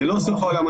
זה לא סוף העולם.